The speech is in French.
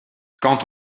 quand